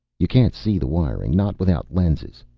you can't see the wiring. not without lenses.